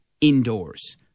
indoors